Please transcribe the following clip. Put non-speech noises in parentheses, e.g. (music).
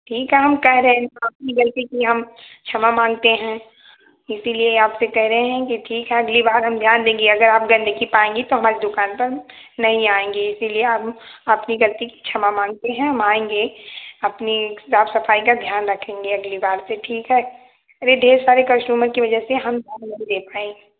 ठीक है हम कह रहे हैं (unintelligible) अपनी गलती की हम क्षमा मांगते हैं इसीलिए आपसे कह रहे हैं कि ठीक है अगली बार हम ध्यान देंगे अगर आप गंदगी पाएंगी तो हमारे दुकान पर नहीं आएंगी इसीलिए आब आपनी गलती की क्षमा मांगते हैं हम आएंगे अपनी साफ सफाई का ध्यान रखेंगे अगली बार से ठीक है अर्रे ढेर सारे कस्टुमर की वजह से हम ध्यान नहीं दे पाएं